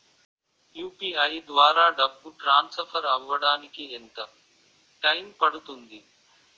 UPI ద్వారా డబ్బు transfer అవ్వడానికి ఎంత టైం పడుతుంది?